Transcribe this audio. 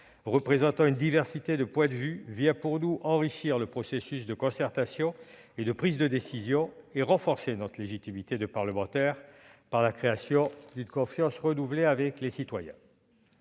représentant une diversité de points de vue vient, selon nous, enrichir le processus de concertation et de prise de décision et renforcer notre légitimité de parlementaire par la création d'une confiance renouvelée avec les citoyens.